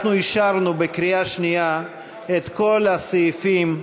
אנחנו אישרנו בקריאה שנייה את כל הסעיפים,